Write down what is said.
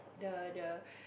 the the